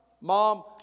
mom